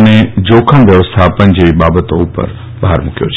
અને જોખન વ્યવસ્થાપન જેવી બાબતો ઉપર ભાર મૂક્યો છે